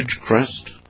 Ridgecrest